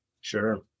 Sure